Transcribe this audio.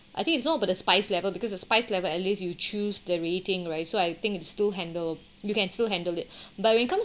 I think it's not about the spice level because the spice level at least you choose the rating right so I think it's still handle you can still handle it but when it comes